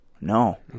No